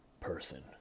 person